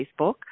facebook